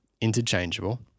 interchangeable